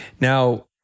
Now